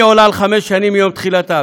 אם היא עולה על חמש שנים מיום תחילתה,